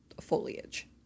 foliage